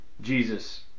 Jesus